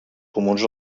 comuns